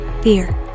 Fear